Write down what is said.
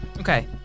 Okay